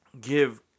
give